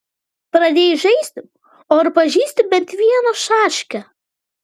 pradėjai žaisti o ar pažįsti bent vieną šaškę